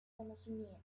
conocimiento